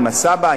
עם הסבא,